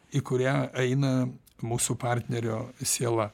į kurią eina mūsų partnerio siela